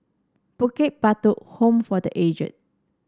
Bukit Batok Home for The Aged